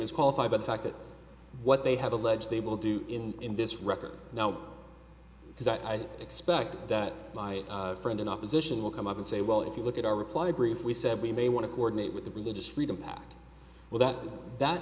is qualified by the fact that what they have alleged they will do in this record now because i expect that my friend in opposition will come up and say well if you look at our reply brief we said we may want to coordinate with the religious freedom pac well that that